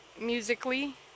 musically